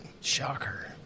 Shocker